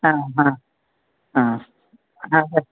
ಹಾಂ ಹಾಂ ಹಾಂ ಹಾಂ